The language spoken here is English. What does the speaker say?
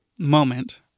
Moment